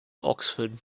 oxford